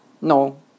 no